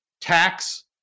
tax